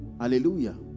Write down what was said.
hallelujah